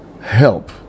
help